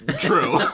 True